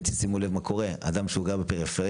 ותשימו לב מה קורה אדם שגר בפריפריה,